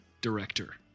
director